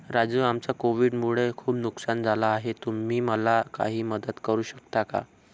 राजू आमचं कोविड मुळे खूप नुकसान झालं आहे तुम्ही मला काही मदत करू शकता का?